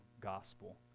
gospel